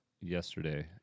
yesterday